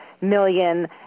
million